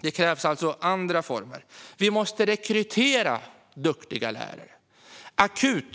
Det krävs alltså andra saker. Vi måste rekrytera duktiga lärare, och det är akut.